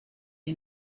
die